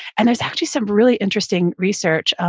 and there's actually some really interesting research.